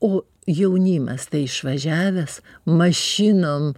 o jaunimas išvažiavęs mašinom